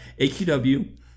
AQW